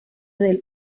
del